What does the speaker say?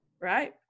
right